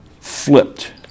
flipped